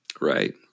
Right